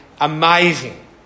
amazing